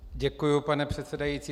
Děkuji, pane předsedající.